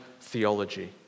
theology